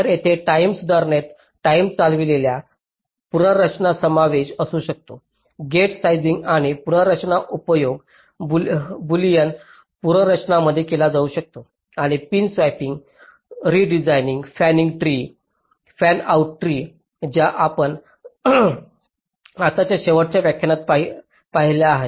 तर येथे टाईम सुधारणेत टाईम चालवलेल्या पुनर्रचनाचा समावेश असू शकतो गेट साइजिंग आणि पुनर्रचनांचा उपयोग बुलियन पुनर्रचनामध्ये केला जाऊ शकतो आणि pin swapping redesign fan in tree fan out tree ज्या आपण आताच्या शेवटच्या व्याख्यानात पाहिल्या आहेत